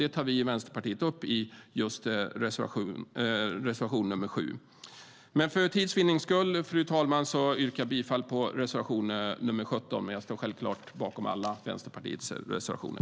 Det tar vi i Vänsterpartiet upp i reservation 7. Fru talman! För tids vinnande yrkar jag bifall endast till reservation 17, men jag står självklart bakom alla Vänsterpartiets reservationer.